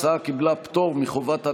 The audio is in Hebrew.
ההצעה קיבלה פטור מחובת הנחה,